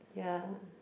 ya